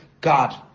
God